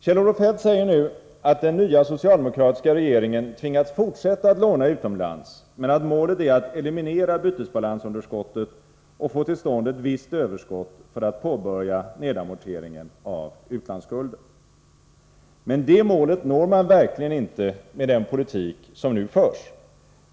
Kjell-Olof Feldt säger nu att den nya socialdemokratiska regeringen tvingats fortsätta att låna utomlands men att målet är att eliminera bytesbalansunderskottet och få till stånd ett visst överskott för att påbörja nedamorteringen av utlandsskulden. Men det målet når man verkligen inte med den politik som nu förs.